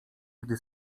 gdy